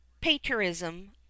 patriotism